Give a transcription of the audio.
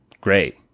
great